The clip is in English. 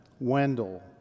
Wendell